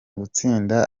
gutsinda